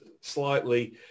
slightly